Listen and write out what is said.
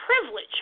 privilege